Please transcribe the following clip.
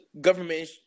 government